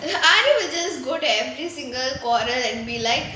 aari will just go there every quarrel and be like